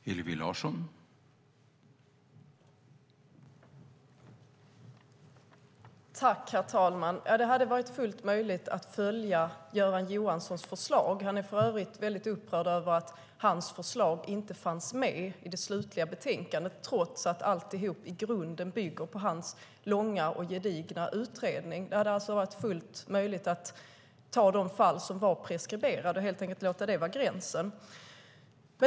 Herr talman! Det hade varit fullt möjligt att följa Göran Johanssons förslag. Han är för övrigt väldigt upprörd över att hans förslag inte fanns med i det slutliga betänkandet trots att alltihop i grunden bygger på hans långa och gedigna utredning. Det hade alltså varit fullt möjligt att ta de fall som var preskriberade och helt enkelt låta det vara gränsen.